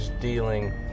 dealing